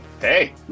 Hey